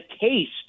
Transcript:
taste